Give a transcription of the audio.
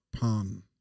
pun